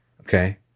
okay